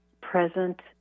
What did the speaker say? present